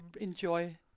enjoy